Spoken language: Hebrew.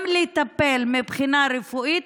גם לטפל מבחינה רפואית,